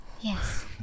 Yes